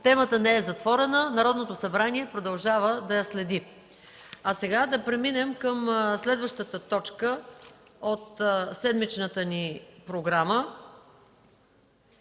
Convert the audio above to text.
Темата не е затворена, Народното събрание продължава да я следи. Сега да преминем към следващата точка от седмичната ни програма: